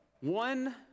one